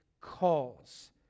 calls